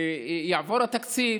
יעבור התקציב.